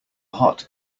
hot